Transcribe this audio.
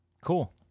Cool